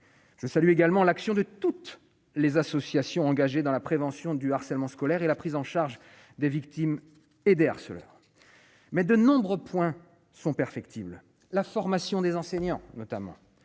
je salue également l'action de toutes les associations engagées dans la prévention du harcèlement scolaire et la prise en charge des victimes et d'cela mais de nombreux points sont perfectibles, la formation des enseignants notamment,